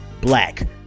black